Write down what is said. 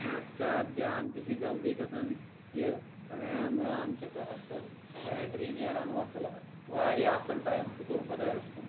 مان ژٕ چار جان تہِ چھُ جلدی گژھان یہِ ریم رام چھَسہٕ اَصٕل بیٹرٛی نیران اَصٕل واریاہ اَصٕل ٹایِم شُکُر خۄدایَس کُن